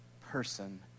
person